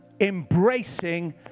embracing